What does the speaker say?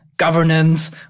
governance